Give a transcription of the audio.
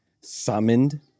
summoned